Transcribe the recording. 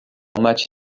much